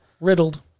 riddled